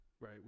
right